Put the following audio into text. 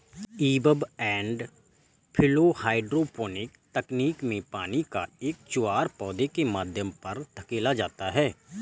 ebb and flow hydroponic तकनीक में पानी का एक ज्वार पौधे के माध्यम पर धकेला जाता है